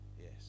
Yes